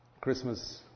Christmas